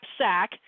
sack